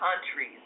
countries